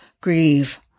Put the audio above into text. grieve